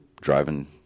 driving